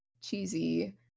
cheesy